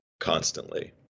constantly